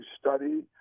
study